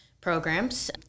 programs